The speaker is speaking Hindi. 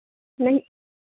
नहीं